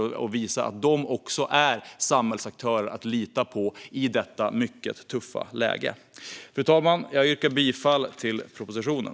De måste visa att de också är samhällsaktörer att lita på i detta mycket tuffa läge. Fru talman! Jag yrkar bifall till propositionen.